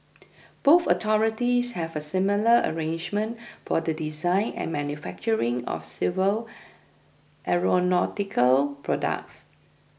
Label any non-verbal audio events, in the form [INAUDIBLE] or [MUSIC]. both authorities have a similar arrangement for the design and manufacturing of civil [NOISE] aeronautical products